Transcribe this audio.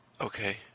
Okay